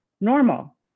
normal